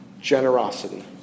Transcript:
Generosity